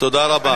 תודה רבה.